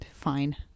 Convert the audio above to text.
Fine